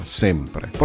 sempre